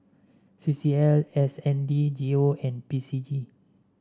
C C L N S D G O and P C G